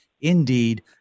indeed